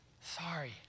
sorry